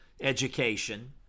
education